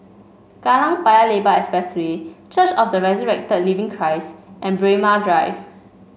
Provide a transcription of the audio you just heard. Kallang Paya Lebar Expressway Church of the Resurrected Living Christ and Braemar Drive